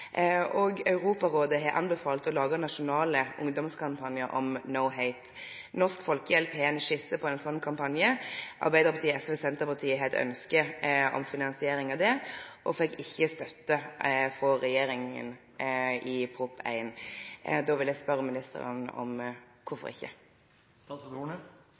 Europarådet har anbefalt å lage nasjonale ungdomskampanjer om «No Hate». Norsk Folkehjelp har en skisse på en sånn kampanje. Arbeiderpartiet, SV og Senterpartiet hadde et ønske om finansiering av det, men fikk ikke støtte fra regjeringen i forbindelse med Prop. 1 S. Da vil jeg spørre ministeren: